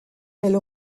elle